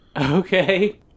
Okay